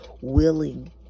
willing